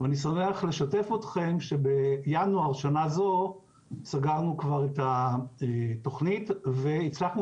ואני שמח לשתף אתכם שבינואר שנה זו סגרנו כבר את התכנית והצלחנו